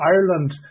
Ireland